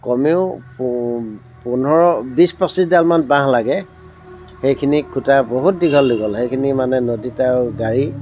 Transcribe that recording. কমেও পো পোন্ধৰ বিছ পঁচিছডালমান বাঁহ লাগে সেইখিনি খুঁটা বহুত দীঘল দীঘল সেইখিনি মানে নদীত আৰু গাড়ী